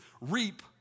reap